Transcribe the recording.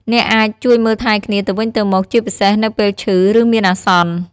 អ្នកអាច ជួយមើលថែគ្នាទៅវិញទៅមក ជាពិសេសនៅពេលឈឺ ឬមានអាសន្ន។